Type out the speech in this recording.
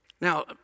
Now